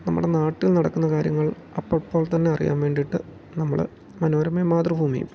നമ്മുടെ നാട്ടിൽ നടക്കുന്ന കാര്യങ്ങൾ അപ്പപ്പോൾ തന്നെ അറിയാൻ വേണ്ടിയിട്ട് നമ്മൾ മനോരമേ മാതൃഭൂമിയും